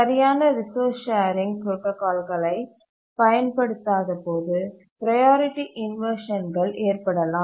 சரியான resource sharing புரோடாகால்களைப் பயன்படுத்தாத போது ப்ரையாரிட்டி இன்வர்ஷன்கள் ஏற்படலாம்